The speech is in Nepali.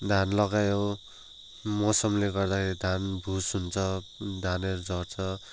धान लगायो मौसमले गर्दाखेरि धान भुस हुन्छ धानहरू झर्छ